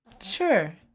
Sure